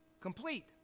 complete